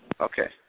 Okay